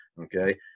okay